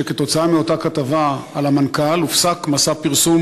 שכתוצאה מאותה כתבה על המנכ"ל הופסק מסע פרסום